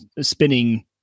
spinning